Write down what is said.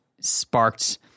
sparked